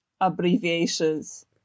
abbreviations